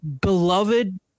beloved